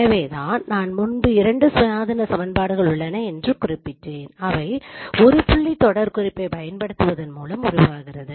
எனவேதான் நான் முன்பே இரண்டு சுயாதீன சமன்பாடுகள் உள்ளன என்று குறிப்பிட்டேன் அவை ஒரு 1 புள்ளி தொடர்குறிப்பைப் பயன்படுத்துவதன் மூலம் உருவாகிறது